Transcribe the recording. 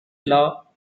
law